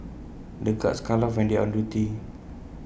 the guards can't laugh when they are on duty